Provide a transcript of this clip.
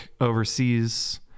overseas